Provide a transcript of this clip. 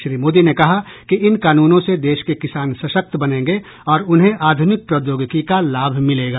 श्री मोदी ने कहा कि इन कानूनों से देश के किसान सशक्त बनेंगे और उन्हें आधुनिक प्रौद्योगिकी का लाभ मिलेगा